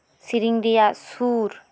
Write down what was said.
ᱥᱮᱨᱮᱧ ᱨᱮᱭᱟᱜ ᱥᱩᱨ